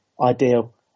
ideal